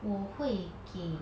我会给